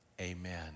Amen